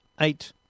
eight